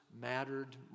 mattered